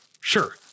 Sure